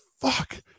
fuck